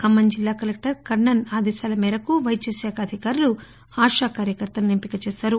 ఖమ్మం జిల్లా కలెక్టర్ కర్న నస్ ఆదేశాల మేరకు పైద్య శాఖ అధికారులు ఆశా కార్యకర్తలను ఎంపిక చేశారు